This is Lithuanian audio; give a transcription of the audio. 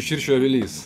širšių avilys